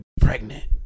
pregnant